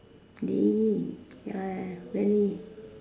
be ya really